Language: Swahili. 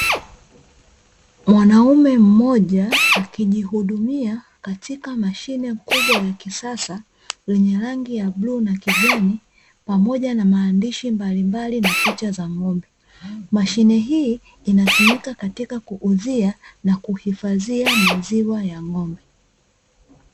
Mwanaume mmoja akijihudumia katika mashine kubwa na ya kisasa; yenye rangi ya bluu na kijani pamoja na maandishi mbalimbali na picha za ng’ombe. Mashine hii inatumika katika kuuzia na kuhifadhia maziwa ya ng’ombe.